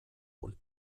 und